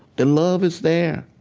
the love is there.